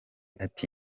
ati